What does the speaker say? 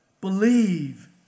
Believe